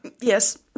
yes